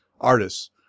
artists